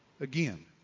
again